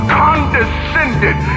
condescended